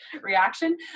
reaction